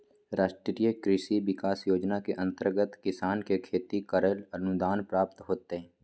राष्ट्रीय कृषि विकास योजना के अंतर्गत किसान के खेती करैले अनुदान प्राप्त होतय